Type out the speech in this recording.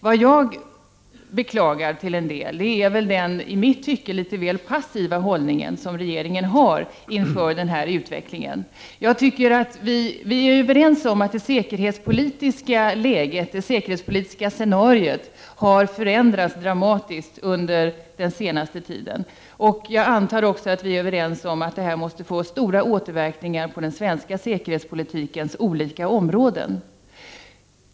Vad jag till en del beklagar är den i mitt tycke litet väl passiva hållning regeringen intar inför denna utveckling. Vi är överens om att det säkerhetspolitiska scenariot har förändrats dramatiskt under den senaste tiden. Jag antar att vi också är överens om att detta måste få stora återverkningar på den svenska säkerhetspolitikens olika områden.